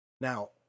Now